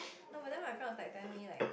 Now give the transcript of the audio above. no but then my friend was like telling me like